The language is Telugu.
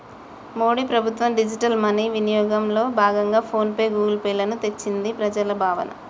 మోడీ ప్రభుత్వం డిజిటల్ మనీ వినియోగంలో భాగంగా ఫోన్ పే, గూగుల్ పే లను తెచ్చిందని ప్రజల భావన